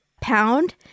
pound